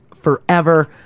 forever